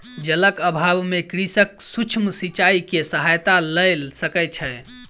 जलक अभाव में कृषक सूक्ष्म सिचाई के सहायता लय सकै छै